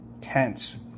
tense